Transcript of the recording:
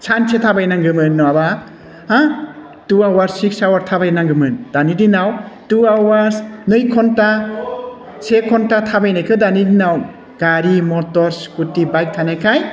सानसे थाबायनांगौमोन नङाबा होह टु आवार्स सिक्स आवार्स थाबाय नांगौमोन दानि दिनाव टु आवार्स नै घण्टा से घण्टा थाबायनायखो दानि दिनाव गारि मटर स्कुटि बाइक थानायखाय